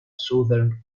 southern